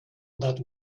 that